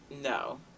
No